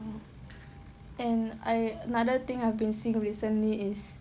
and I another thing I've been seeing recently is